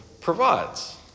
provides